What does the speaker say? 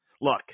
Look